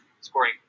scoring